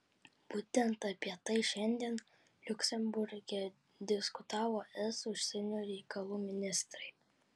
būtent apie tai šiandien liuksemburge diskutavo es užsienio reikalų ministrai